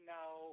now